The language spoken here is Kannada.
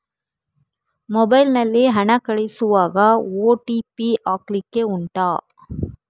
ಮೊಬೈಲ್ ನಲ್ಲಿ ಹಣ ಕಳಿಸುವಾಗ ಓ.ಟಿ.ಪಿ ಹಾಕ್ಲಿಕ್ಕೆ ಉಂಟಾ